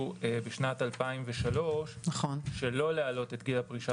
בשנת 2003 שלא להעלות את גיל הפרישה